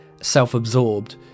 self-absorbed